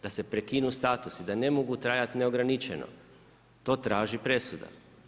Da se prekinu statusi, da ne mogu trajati neograničeno, to traži presuda.